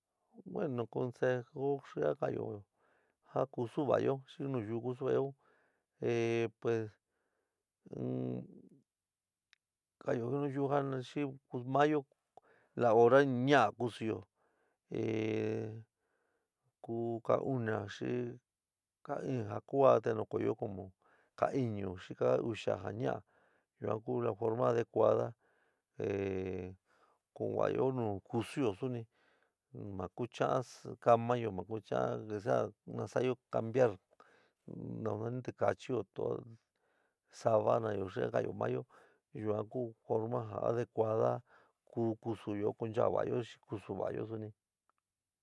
Bueno consejo xi ja ka ka'anyo ja kusú va'ayo xi nu yuk'u suelo un ehh pues ka ɨó nayú xi maáyo la hora ña'a kusuyó ehh ku ka una xi ka ɨɨn ja kuá te nunkoyó como ka iñú xi ka uxa ja ña'a yua ku la forma adecuada ehh kuúnva'ayo nu kúsuyo suni ma kucha'an kamayo ma kucha'an que sea na sa'ayo cambiar nanani tikachɨó, todo sabanayo xi a ka ka'anyo mayo yuan ku forma ja adecuada ku kusuyoó kuncha'a va'ayo xi kusu va'ayo suni.